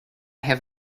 have